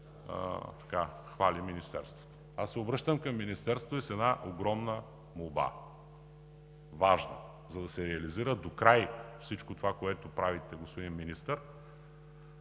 хвали Министерството. Обръщам се към Министерството и с една огромна, важна молба: за да се реализира докрай всичко това, което правите, господин Министър,